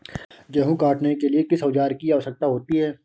गेहूँ काटने के लिए किस औजार की आवश्यकता होती है?